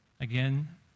again